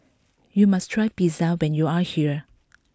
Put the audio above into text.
you must try Pizza when you are here